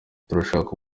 turashaka